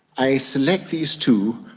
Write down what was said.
i select these two,